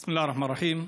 בסם אללה א-רחמאן א-רחים.